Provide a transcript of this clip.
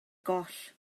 goll